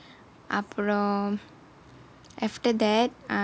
அப்புறம்:appuram after that I